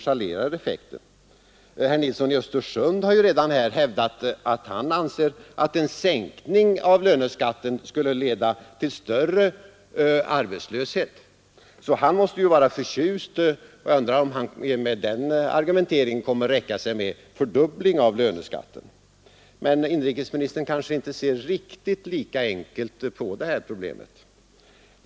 Herr Nilsson i Östersund har redan här hävdat att en säkning av löneskatten skulle leda till större arbetslöshet, så han måste ju vara förtjust. Jag undrar om han med den argumenteringen kommer att nöja sig med en fördubbling av löneskatten — men inrikesministern kanske inte ser riktigt lika enkelt på det här problemet.